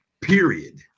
Period